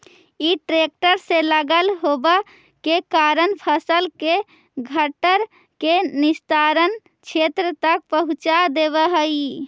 इ ट्रेक्टर से लगल होव के कारण फसल के घट्ठर के निस्तारण क्षेत्र तक पहुँचा देवऽ हई